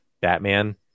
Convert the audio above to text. Batman